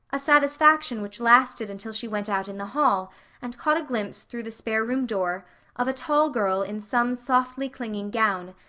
a satisfaction which lasted until she went out in the hall and caught a glimpse through the spare room door of a tall girl in some softly clinging gown,